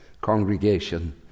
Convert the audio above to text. congregation